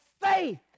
faith